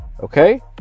okay